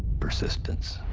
persistence!